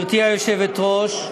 גברתי היושבת-ראש,